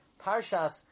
parshas